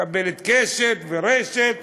נקבל את קשת ורשת,